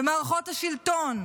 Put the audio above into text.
במערכות השלטון,